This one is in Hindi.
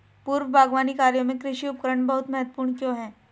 पूर्व बागवानी कार्यों में कृषि उपकरण बहुत महत्वपूर्ण क्यों है?